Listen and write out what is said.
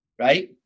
right